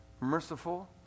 merciful